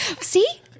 See